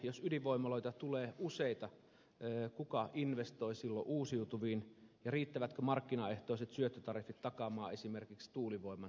jos ydinvoimaloita tulee useita kuka investoi silloin uusiutuviin ja riittävätkö markkinaehtoiset syöttötariffit takaamaan esimerkiksi tuulivoiman rakentamisen tulevaisuudessa